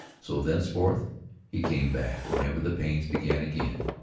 so thenceforth he came back whenever the pains began again,